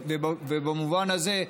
ובמובן הזה,